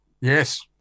Yes